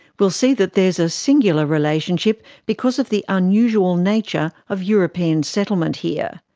we'll see that there's a singular relationship because of the unusual nature of european settlement here.